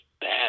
bad